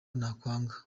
nakwanga